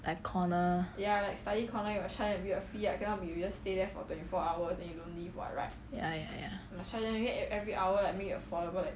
like corner ya ya ya